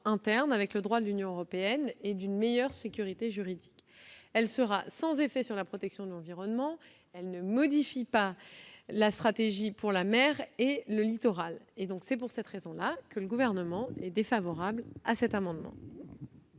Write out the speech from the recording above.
avec le droit de l'Union européenne et une meilleure sécurité juridique. Elle sera sans effet sur la protection de l'environnement, et ne modifie pas la stratégie pour la mer et le littoral. C'est pour cette raison que le Gouvernement est défavorable à cet amendement